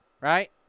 Right